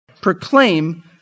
Proclaim